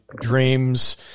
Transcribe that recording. dreams